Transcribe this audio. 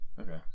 Okay